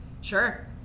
Sure